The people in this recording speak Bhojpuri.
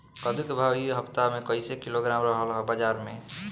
कद्दू के भाव इ हफ्ता मे कइसे किलोग्राम रहल ह बाज़ार मे?